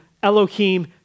Elohim